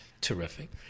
Terrific